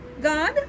God